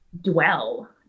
dwell